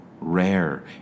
Rare